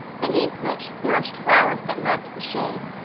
beneath which flourished flowers that loved the shade.